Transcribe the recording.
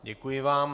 Děkuji vám.